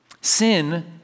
Sin